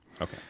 Okay